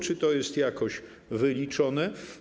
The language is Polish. Czy to jest jakoś wyliczone?